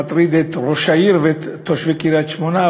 מטריד את ראש העיר ואת תושבי קריית-שמונה,